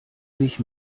sich